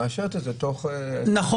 היא מאשרת את זה תוך --- נכון,